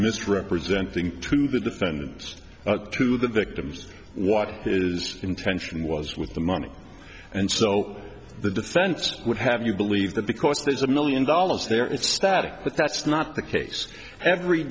misrepresenting to the defendants to the victims what is intention was with the money and so the defense would have you believe that because there's a million dollars there it's static but that's not the case every